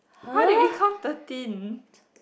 how did we count thirteen